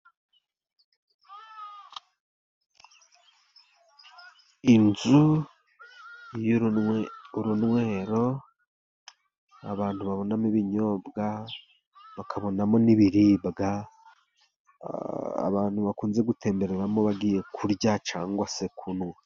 Inzu y'urunwe urunywero abantu babonamo ibinyobwa bakabonamo n'ibiribwa, abantu bakunze gutembereramo bagiye kurya cyangwa se kunwa.